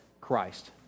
Christ